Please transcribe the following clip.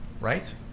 right